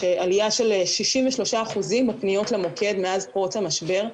עלייה של 63% בפניות למוקד מאז פרוץ המשבר,